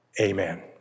Amen